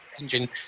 engine